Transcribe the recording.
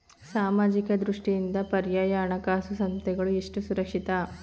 ಸಾಮಾಜಿಕ ದೃಷ್ಟಿಯಿಂದ ಪರ್ಯಾಯ ಹಣಕಾಸು ಸಂಸ್ಥೆಗಳು ಎಷ್ಟು ಸುರಕ್ಷಿತ?